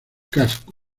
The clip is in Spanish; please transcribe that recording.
casco